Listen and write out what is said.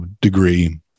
degree